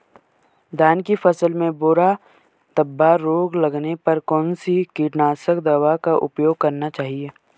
धान की फसल में भूरा धब्बा रोग लगने पर कौन सी कीटनाशक दवा का उपयोग करना चाहिए?